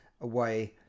away